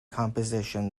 composition